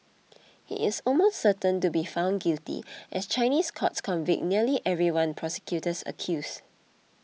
he is almost certain to be found guilty as Chinese courts convict nearly everyone prosecutors accuse